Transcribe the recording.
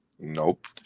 Nope